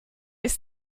ist